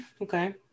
Okay